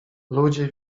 ludzie